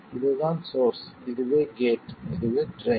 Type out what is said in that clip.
இதுதான் சோர்ஸ் இதுவே கேட் இதுவே ட்ரைன்